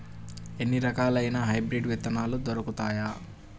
ఎన్ని రకాలయిన హైబ్రిడ్ విత్తనాలు దొరుకుతాయి?